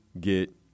get